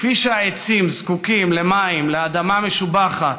כפי שהעצים זקוקים למים, לאדמה משובחת,